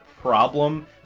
problem